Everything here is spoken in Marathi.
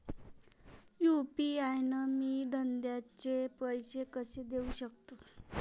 यू.पी.आय न मी धंद्याचे पैसे कसे देऊ सकतो?